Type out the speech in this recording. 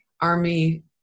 army